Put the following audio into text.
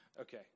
okay